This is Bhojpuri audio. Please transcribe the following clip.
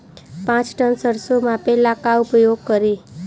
पाँच टन सरसो मापे ला का उपयोग करी?